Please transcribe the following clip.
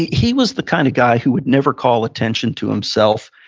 he he was the kind of guy who would never call attention to himself.